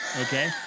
okay